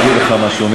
אני אגיד לך משהו,